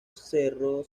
cerro